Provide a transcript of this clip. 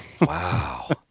Wow